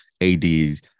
ADs